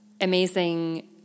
amazing